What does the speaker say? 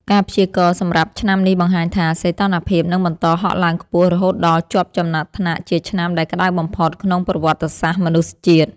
ការព្យាករណ៍សម្រាប់ឆ្នាំនេះបង្ហាញថា សីតុណ្ហភាពនឹងបន្តហក់ឡើងខ្ពស់រហូតដល់ជាប់ចំណាត់ថ្នាក់ជាឆ្នាំដែលក្ដៅបំផុតក្នុងប្រវត្តិសាស្ត្រមនុស្សជាតិ។